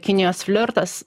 kinijos flirtas